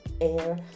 air